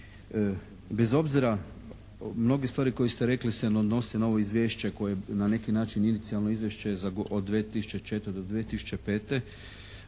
Bez obzira mnoge stvari koje ste rekli se ne odnose na ovo izvješće koje na neki način inicijalno je izvješće od 2004. do 2005.